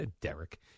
Derek